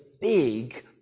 big